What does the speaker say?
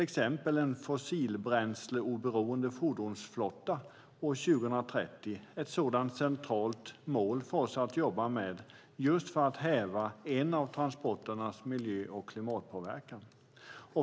En fossilbränsleoberoende fordonsflotta år 2030 är då ett centralt mål för oss att jobba med för att häva transporternas miljö och klimatpåverkan.